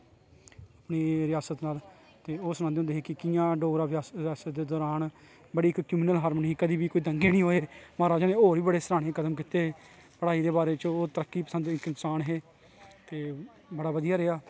रियासत नाल ते ओह् सनांदे होंदे कि कियां डोगरा रियासत दे दौरान बड़ीं इक कम्यूनल हाॅरमोनी ही कदें बी कोई दंगे नेईं होए महाराजा ने होर बी सराहने कदम कीते हे पढाई दे बारे च ओह् तरक्की पसंद इक इसान हे ते बड़ा बधिया रेहा